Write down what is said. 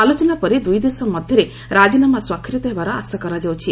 ଆଲୋଚନା ପରେ ଦୁଇ ଦେଶ ମଧ୍ୟରେ ରାଜିନାମା ସ୍ୱାକ୍ଷରିତ ହେବାର ଆଶା କରାଯାଉଛି